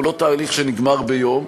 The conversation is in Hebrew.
והוא לא תהליך שנגמר ביום,